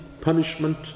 punishment